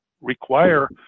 require